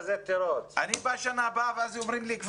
אני בא בשנה הבאה, היא לא